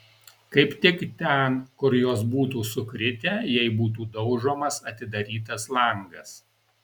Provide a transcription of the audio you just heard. kaip tik ten kur jos būtų sukritę jei būtų daužomas atidarytas langas